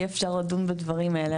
יהיה אפשר לדון בדברים האלה.